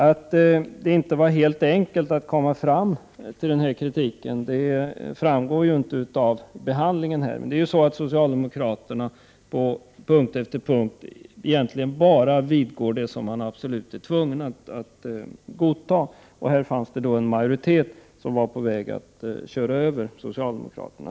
Att det inte var så enkelt att enas om kritiken framgår inte av behandlingen här. Men på punkt efter punkt vidgår socialdemokraterna egentligen bara det som absolut måste godtas. Här fanns det en majoritet som var på väg att köra över socialdemokraterna.